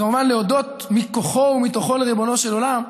וכמובן להודות מכוחו ומתוכו לריבונו של עולם,